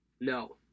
no